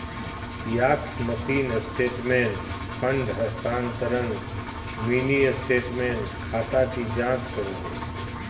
kiosk machine statement, fund हस्तानान्तरण, mini statement, खाता की जांच करो हइ